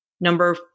number